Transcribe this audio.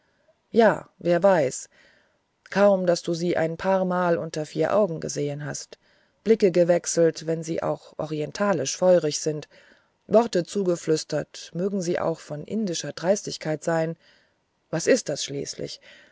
ja wer weiß es kaum daß du sie ein paar mal unter vier augen gesehen hast blicke gewechselt wenn sie auch orientalisch feurig sind worte zugeflüstert mögen sie auch von indischer dreistigkeit sein was ist das schließlich